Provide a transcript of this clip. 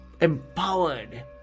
empowered